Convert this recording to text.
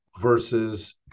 versus